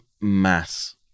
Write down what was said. mass